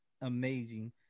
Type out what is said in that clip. amazing